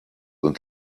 and